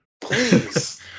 Please